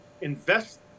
invest